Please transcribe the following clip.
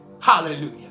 Hallelujah